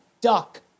duck